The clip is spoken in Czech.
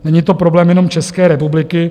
Není to problém jenom České republiky.